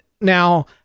now